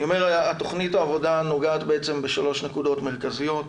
תוכנית העבודה נוגעת בשלוש נקודות מרכזיות.